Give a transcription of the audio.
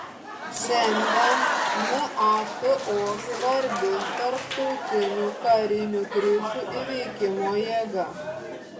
šiandien nato svarbi tarptautinių karinių krizių įveikimo jėga